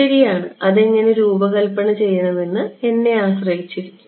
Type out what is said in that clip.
ശരിയാണ് അതെങ്ങനെ രൂപകൽപ്പന ചെയ്യണമെന്ന് എന്നെ ആശ്രയിച്ചിരിക്കും